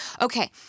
Okay